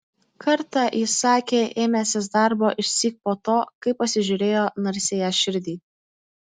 kartą jis sakė ėmęsis darbo išsyk po to kai pasižiūrėjo narsiąją širdį